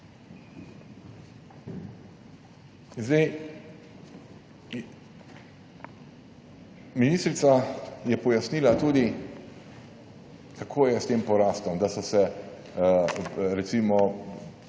tako. Ministrica je pojasnila tudi, kako je s tem porastom, da so se, recimo,